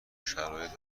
شرایط